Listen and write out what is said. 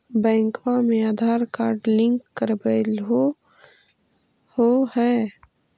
बैंकवा मे Aadhaar card link करवैलहो है?